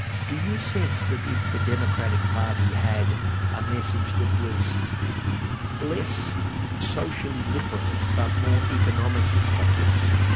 do you sense that if the democratic party had a message that was less socially liberal but more economically populist,